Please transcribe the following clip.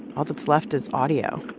all that's left is audio.